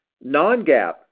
non-GAAP